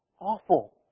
awful